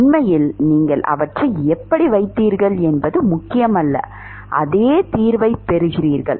உண்மையில் நீங்கள் அவற்றை எப்படி வைத்தீர்கள் என்பது முக்கியமல்ல அதே தீர்வைப் பெறுவீர்கள்